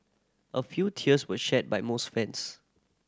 a few tears were shed by most fans